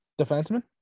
Defenseman